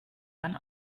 dann